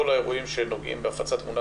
כל האירועים שנוגעים בהפצת תמונה